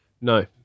No